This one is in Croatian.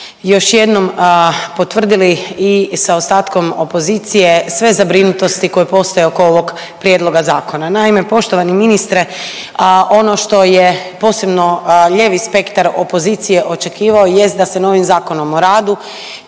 još jednom potvrdili i sa ostatkom opozicije sve zabrinutosti koje postoje oko ovog prijedloga zakona. Naime, poštovani ministre ono što je posebno lijevi spektar opozicije očekivao jest da se novim Zakonom o radu